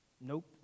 Nope